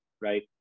right